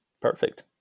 Perfect